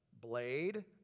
blade